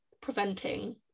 preventing